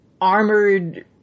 armored